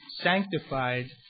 sanctified